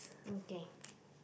okay